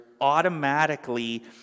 automatically